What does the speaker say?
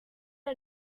out